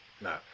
no